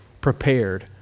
prepared